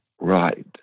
Right